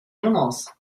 animals